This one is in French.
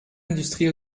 industrie